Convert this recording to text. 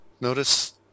Notice